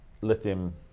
Lithium